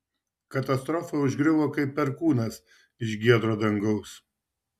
katastrofa užgriuvo kaip perkūnas iš giedro dangaus